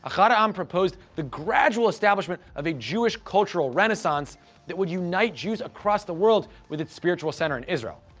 ahad ha'am um proposed the gradual establishment of a jewish cultural renaissance that would unite jews across the world with its spiritual center in israel.